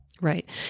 Right